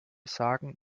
sagen